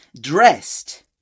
dressed